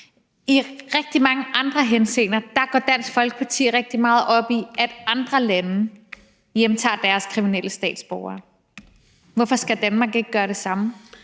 I rigtig mange andre henseender går Dansk Folkeparti rigtig meget op i, at andre lande hjemtager deres kriminelle statsborgere. Hvorfor skal Danmark ikke gøre det samme?